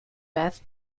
beth